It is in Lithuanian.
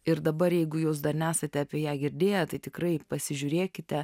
ir dabar jeigu jūs dar nesate apie ją girdėję tai tikrai pasižiūrėkite